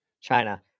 China